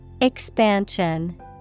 Expansion